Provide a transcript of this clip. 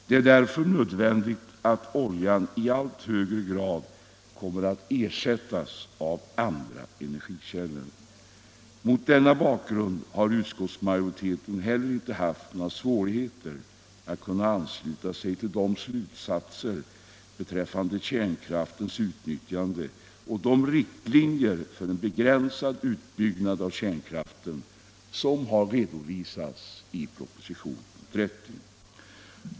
Det är samtidigt nödvändigt att oljan i allt högre grad kommer att ersättas av andra energikällor. Mot den bakgrunden har utskottsmajoriteten heller inte haft några svårigheter att ansluta sig till de slutsatser beträffande kärnkraftens utnyttjande och de riktlinjer för en begränsad utbyggnad av kärnkraften som har redovisats i propositionen 30.